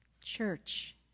church